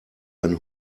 ein